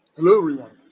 hello everyone,